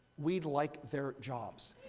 we'd like their jobs.